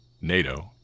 NATO